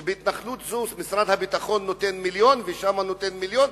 שבהתנחלות זו משרד הביטחון נותן מיליון ושם נותן מיליון,